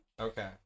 okay